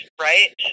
Right